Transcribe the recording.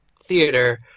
theater